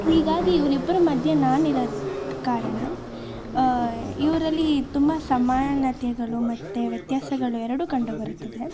ಹೀಗಾಗಿ ಇವ್ರ ಇಬ್ರ ಮಧ್ಯೆ ನಾನಿರೋದ್ ಕಾರಣ ಇವ್ರಲ್ಲಿ ತುಂಬ ಸಮಾನತೆಗಳು ಮತ್ತು ವ್ಯತ್ಯಾಸಗಳು ಎರಡೂ ಕಂಡುಬರುತ್ತದೆ